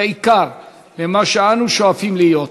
ובעיקר למה שאנו שואפים להיות.